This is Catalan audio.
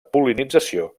pol·linització